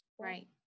right